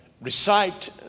recite